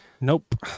Nope